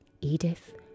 Edith